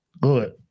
Good